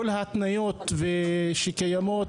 כל ההתניות שקיימות,